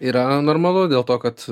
yra normalu dėl to kad